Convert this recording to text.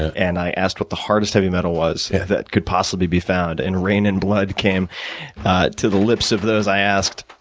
and i asked what the hardest heavy metal was that could possibly be found, and reign in blood came to the lips of those i asked.